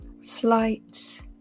slight